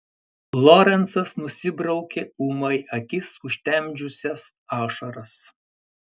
lorencas nusibraukė ūmai akis užtemdžiusias ašaras